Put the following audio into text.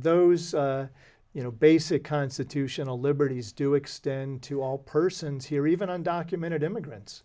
those you know basic constitutional liberties do extend to all persons here even undocumented immigrants